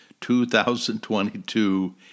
2022